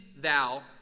thou